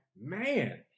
Man